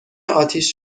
آتیش